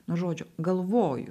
nuo žodžių galvoju